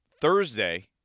Thursday